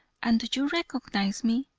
and do you recognize me?